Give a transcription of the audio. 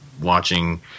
watching